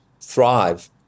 thrive